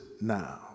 now